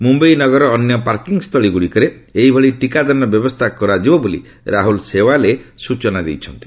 ମୁମ୍ବାଇ ନଗରର ଅନ୍ୟ ପାର୍କିଂ ସ୍ଥଳୀଗୁଡ଼ିକରେ ଏହିଭଳି ଟିକାଦାନର ବ୍ୟବସ୍ଥା କରାଯିବ ବୋଲି ରାହୁଲ ସେଓ୍ବାଲେ ସ୍ଟଚନା ଦେଇଛନ୍ତି